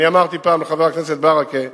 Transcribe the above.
אמרתי פעם לחבר הכנסת ברכה: